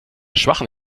schwachem